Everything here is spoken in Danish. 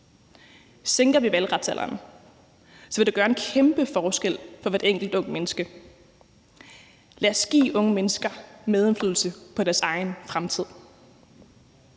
Sænker vi valgretsalderen, vil det gøre en kæmpe forskel for hvert enkelt ungt menneske. Lad os give unge mennesker medindflydelse på deres egen fremtid.